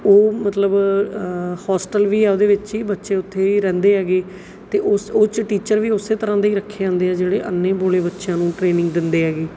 ਉਹ ਮਤਲਬ ਹੋਸਟਲ ਵੀ ਆ ਉਹਦੇ ਵਿੱਚ ਹੀ ਬੱਚੇ ਉੱਥੇ ਹੀ ਰਹਿੰਦੇ ਹੈਗੇ ਅਤੇ ਉਸ ਉਹ 'ਚ ਟੀਚਰ ਵੀ ਉਸ ਤਰ੍ਹਾਂ ਦੇ ਹੀ ਰੱਖੇ ਜਾਂਦੇ ਆ ਜਿਹੜੇ ਅੰਨੇ ਬੋਲੇ ਬੱਚਿਆਂ ਨੂੰ ਟ੍ਰੇਨਿੰਗ ਦਿੰਦੇ ਹੈਗੇ